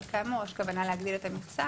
אבל כאמור יש כוונה להגדיל את המכסה,